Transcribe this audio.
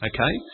Okay